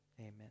Amen